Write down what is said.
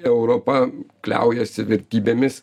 europa kliaujasi vertybėmis